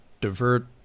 Divert